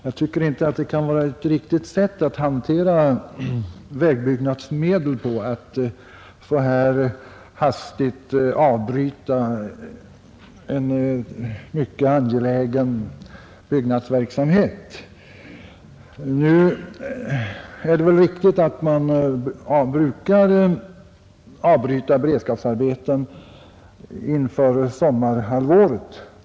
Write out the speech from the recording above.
Jag tycker att det inte kan vara ett riktigt sätt att hantera vägbyggnadsmedel på att så här hastigt avbryta en mycket angelägen byggnadsverksamhet. Det är väl riktigt att man brukar avbryta beredskapsarbeten inför sommarhalvåret.